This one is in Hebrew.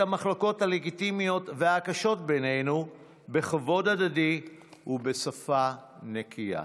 המחלוקות הלגיטימיות והקשות בינינו בכבוד הדדי ובשפה נקייה.